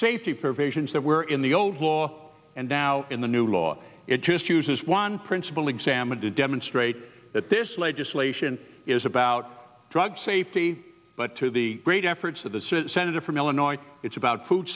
safety provisions that were in the old law and now in the new law it just uses one principle examined to demonstrate that this legislation is about drug safety but to the great efforts of the sit senator from illinois it's about food